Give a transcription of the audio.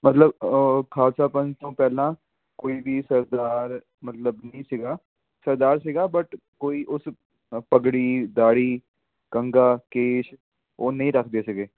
ਮਤਲਬ ਉਹ ਖਾਲਸਾ ਪੰਥ ਤੋਂ ਪਹਿਲਾਂ ਕੋਈ ਵੀ ਸਰਦਾਰ ਮਤਲਬ ਨਹੀਂ ਸੀਗਾ ਸਰਦਾਰ ਸੀਗਾ ਬਟ ਕੋਈ ਉਸ ਪਗੜੀ ਦਾੜੀ ਕੰਘਾ ਕੇਸ ਉਹ ਨਹੀਂ ਰੱਖਦੇ ਸੀਗੇ